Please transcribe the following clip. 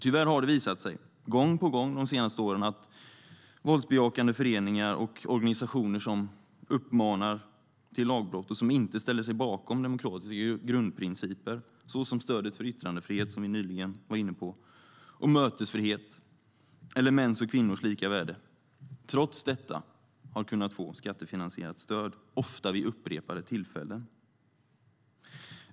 Tyvärr har det gång på gång de senaste åren visat sig att våldsbejakande föreningar och organisationer, som uppmanar till lagbrott och inte ställer sig bakom demokratiska grundprinciper såsom stödet för yttrandefrihet - som vi nyligen var inne på - och mötesfrihet eller mäns och kvinnors lika värde, trots detta har kunnat få skattefinansierat stöd, i flera fall vid upprepade tillfällen.